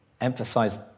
emphasize